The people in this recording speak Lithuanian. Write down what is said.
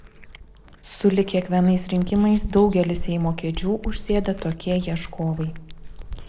sulig kiekvienais rinkimais daugelį seimo kėdžių užsėda tokie ieškovai